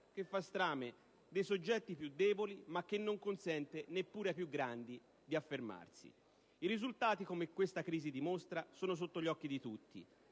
che fa strame dei soggetti più deboli, ma che non consente neppure ai più grandi di affermarsi. I risultati, come questa crisi dimostra, sono sotto gli occhi di tutti,